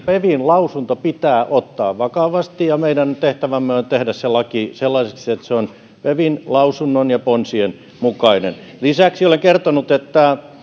pevin lausunto pitää ottaa vakavasti ja meidän tehtävämme on tehdä se laki sellaiseksi että se on pevin lausunnon ja ponsien mukainen lisäksi olen kertonut että